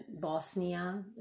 Bosnia